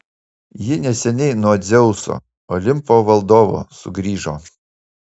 ji neseniai nuo dzeuso olimpo valdovo sugrįžo